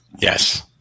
yes